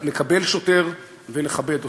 לקבל שוטר ולכבד אותו.